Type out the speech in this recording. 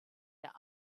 der